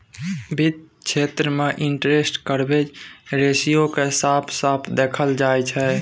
वित्त क्षेत्र मे इंटरेस्ट कवरेज रेशियो केँ साफ साफ देखाएल जाइ छै